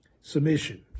Submission